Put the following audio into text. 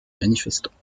manifestants